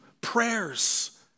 prayers